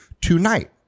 tonight